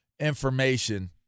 information